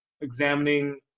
examining